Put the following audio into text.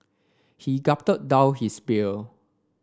he gulped down his beer